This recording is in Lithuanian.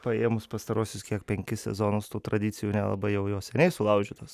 paėmus pastaruosius kiek penkis sezonus tų tradicijų nelabai jau jos seniai sulaužytos